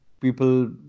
people